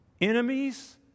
Enemies